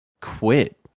quit